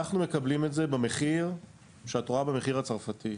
אנחנו מקבלים את זה במחיר שאת רואה במחיר הצרפתי,